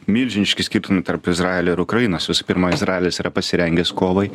milžiniški skirtumai tarp izraelio ir ukrainos visų pirma izraelis yra pasirengęs kovai